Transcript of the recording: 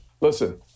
Listen